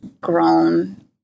grown